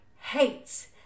hates